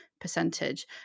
percentage